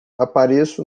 apareço